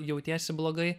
jautiesi blogai